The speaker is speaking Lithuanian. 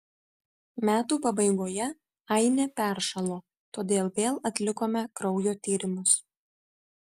metų pabaigoje ainė peršalo todėl vėl atlikome kraujo tyrimus